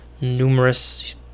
numerous